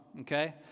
okay